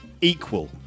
equal